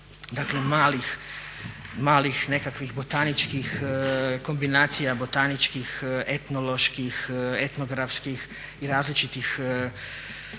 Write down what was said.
dakle malih nekakvih botaničkih kombinacija, botaničkih, etnoloških, etnografskih i različitih